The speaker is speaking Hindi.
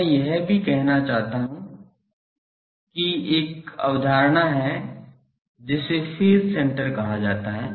और मैं यह भी कहना चाहता हूं कि एक अवधारणा है जिसे फेज सेण्टर कहा जाता है